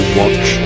watch